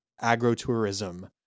agro-tourism